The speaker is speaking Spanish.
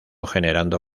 generando